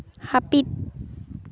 ᱦᱟᱹᱯᱤᱫ